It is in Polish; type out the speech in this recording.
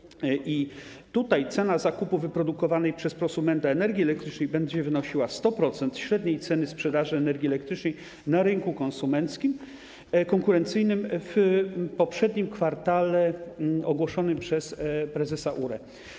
I tutaj cena zakupu wyprodukowanej przez prosumenta energii elektrycznej będzie wynosiła 100% średniej ceny sprzedaży energii elektrycznej na rynku konkurencyjnym w poprzednim kwartale ogłoszonej przez prezesa URE.